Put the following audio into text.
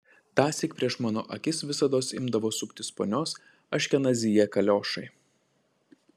tąsyk prieš mano akis visados imdavo suptis ponios aškenazyje kaliošai